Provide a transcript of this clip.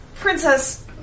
Princess